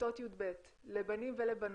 בכיתות י"ב, לבנים ולבנות,